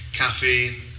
caffeine